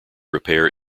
repair